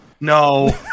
No